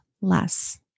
less